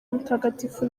mutagatifu